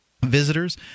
visitors